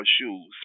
shoes